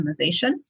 optimization